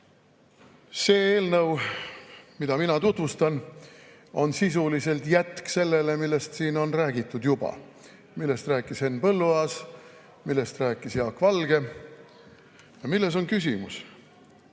See eelnõu, mida mina tutvustan, on sisuliselt jätk sellele, millest siin on juba räägitud, millest rääkis Henn Põlluaas, millest rääkis Jaak Valge. Milles on küsimus?